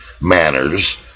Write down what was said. manners